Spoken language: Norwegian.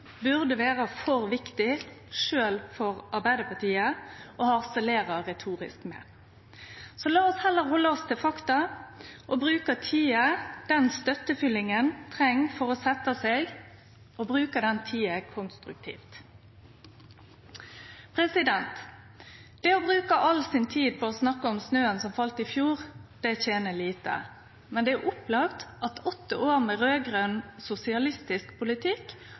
burde vere for viktig sjølv for Arbeidarpartiet til å harselere retorisk med. Så la oss heller halde oss til fakta og bruke den tida som støttefyllinga treng for å setje seg, konstruktivt. Det å bruke all si tid på å snakke om snøen som fall i fjor, tener til lite, men det er klart at åtte år med raud-grøn, sosialistisk politikk